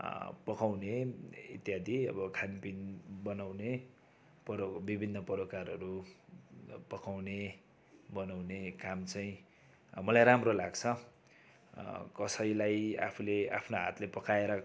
पकाउने इत्यादि अब खानपिन बनाउने पर्यो विभिन्न परिकारहरू पकाउने बनाउने काम चाहिँ मलाई राम्रो लाग्छ कसैलाई आफूले आफ्नो हातले पकाएर